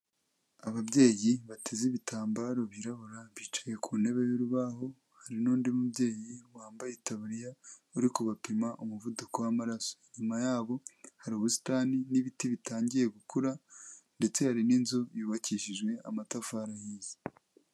Ababyeyi bateze ibitambaro byirabura bicaye ku ntebe y'urubaho, hari n'undi mubyeyi wambaye itaburiya uri kuba bapima umuvuduko w'amararaso, inyuma yabo hari ubusitani n'ibiti bitangiye gukura ndetse hari n'inzu yubakishijwe amatafari ahiye.